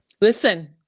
Listen